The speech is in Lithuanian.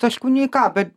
taškų nei ką bet